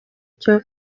cyo